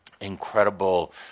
incredible